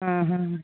ಆ ಹಾಂ